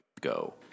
go